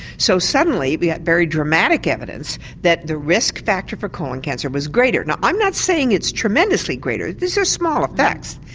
so suddenly the but yeah very dramatic evidence that the risk factor for colon cancer was greater. now i'm not saying it's tremendously greater, these are small effects,